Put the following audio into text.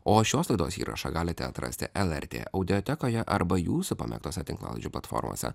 o šios laidos įrašą galite atrasti lrt audiotekoje arba jūsų pamėgtose tinklalaidžių platformose